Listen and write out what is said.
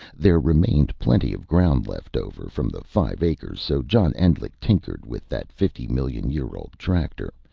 there remained plenty of ground left over from the five acres, so john endlich tinkered with that fifty-million-year-old tractor,